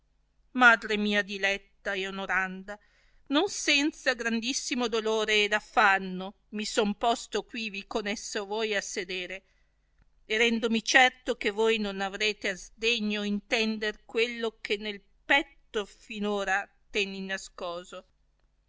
madre mia diletta e onoranda non senza grandissimo dolore e affanno mi son posto quivi con esso voi a sedere e rendomi certo che voi non arrete a sdegno intender quello che nel petto fina ora tenni nascoso